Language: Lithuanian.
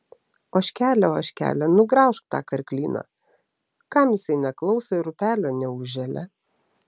ožkele ožkele nugraužk tą karklyną kam jisai neklauso ir upelio neužželia